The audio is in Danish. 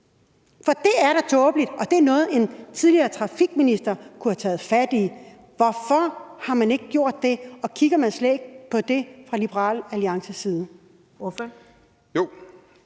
For det er da tåbeligt, og det er noget, en tidligere trafikminister kunne have taget fat i. Hvorfor har man ikke gjort det, og kigger man slet ikke på det fra Liberal Alliances side?